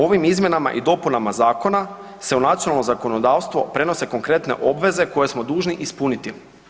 Ovim izmjenama i dopunama zakona se u nacionalno zakonodavstvo prenose konkretne obveze koje smo dužni ispuniti.